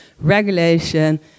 regulation